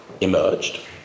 emerged